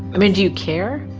i mean, do you care?